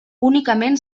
únicament